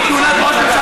רבותיי,